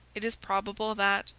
it is probable that,